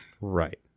Right